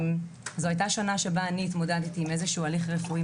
זו היתה שנה שבה אני התמודדתי עם איזשהו הליך רפואי